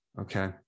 Okay